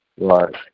Right